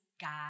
God